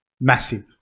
massive